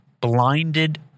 blinded